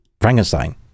Frankenstein